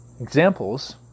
examples